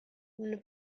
when